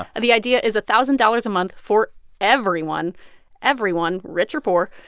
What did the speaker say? ah the idea is a thousand dollars a month for everyone everyone, rich or poor,